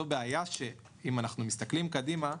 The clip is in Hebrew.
זו בעיה שאם אנחנו נסתכל קדימה,